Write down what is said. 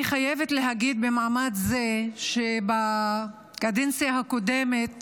אני חייבת להגיד במעמד זה שבקדנציה הקודמת